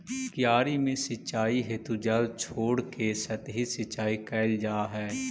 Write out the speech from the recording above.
क्यारी में सिंचाई हेतु जल छोड़के सतही सिंचाई कैल जा हइ